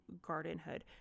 gardenhood